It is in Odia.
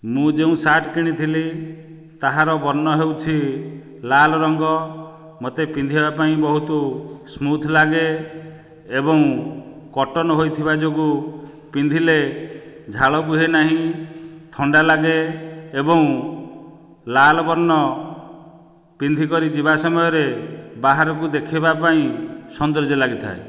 ମୁଁ ଯେଉଁ ସାର୍ଟ କିଣିଥିଲି ତାହାର ବର୍ଣ୍ଣ ହେଉଛି ଲାଲ ରଙ୍ଗ ମୋତେ ପିନ୍ଧିବା ପାଇଁ ବହୁତ ସ୍ମୁଥ ଲାଗେ ଏବଂ କଟନ ହୋଇଥିବା ଯୋଗୁ ପିନ୍ଧିଲେ ଝାଳ ବୁହେନାହିଁ ଥଣ୍ଡା ଲାଗେ ଏବଂ ଲାଲ ବର୍ଣ୍ଣ ପିନ୍ଧି କରି ଯିବା ସମୟରେ ବାହାରକୁ ଦେଖାଇବା ପାଇଁ ସୌନ୍ଦର୍ଯ୍ୟ ଲାଗି ଥାଏ